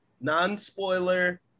non-spoiler